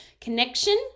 connection